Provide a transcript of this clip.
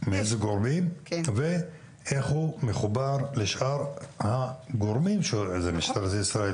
אילו גורמים יהיו בו ואיך הוא מחובר לשאר הגורמים: משטרת ישראל,